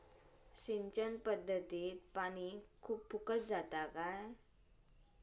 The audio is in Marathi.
सिंचन पध्दतीत पानी खूप फुकट जाता काय?